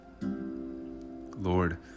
Lord